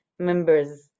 members